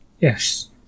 Yes